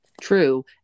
True